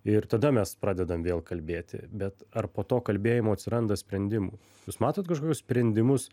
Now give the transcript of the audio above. ir tada mes pradedam vėl kalbėti bet ar po to kalbėjimo atsiranda sprendimų jūs matot kažkokius sprendimus